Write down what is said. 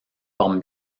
forment